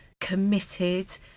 committed